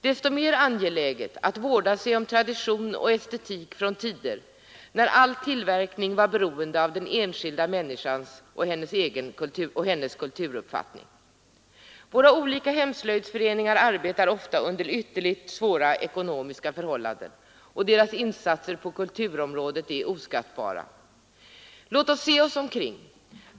Desto mer angeläget är det att vårda sig om tradition och estetik från tider när all tillverkning var beroende av den enskilda människan och hennes kulturuppfattning. Våra olika hemslöjdsföreningar arbetar ofta under ytterligt svåra ekonomiska förhållanden, men deras insatser på kulturområdet är oskattbara. Låt oss se oss omkring.